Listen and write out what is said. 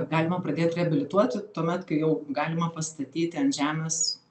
galima pradėt reabilituoti tuomet kai jau galima pastatyti ant žemės